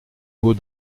mots